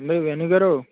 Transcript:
hello Venu గారు